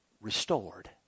restored